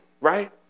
right